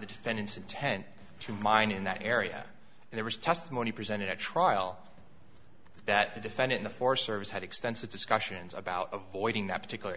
the defendant's intent to mine in that area and there was testimony presented at trial that the defending the forest service had extensive discussions about avoiding that particular